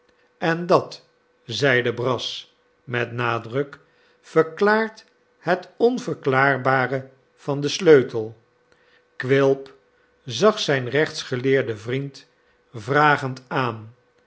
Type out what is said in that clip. en dat zeide brass met nadruk verklaart het onverklaarbare van den sleutel quilp zag zijn rechtsgeleerden vriend vragend aan